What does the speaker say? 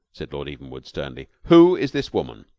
said lord evenwood, sternly, who is this woman?